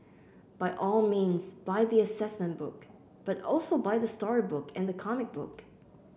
by all means buy the assessment book but also buy the storybook and the comic book